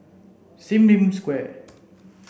Sim Lim Square